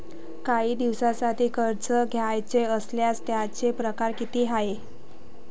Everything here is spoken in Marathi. कायी दिसांसाठी कर्ज घ्याचं असल्यास त्यायचे परकार किती हाय?